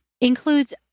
includes